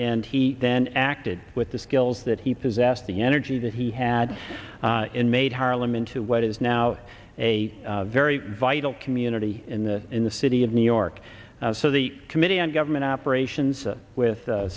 and he then acted with the skills that he possessed the energy that he had made harlem into what is now a very vital community in the in the city of new york so the committee on government operations with